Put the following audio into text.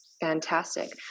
Fantastic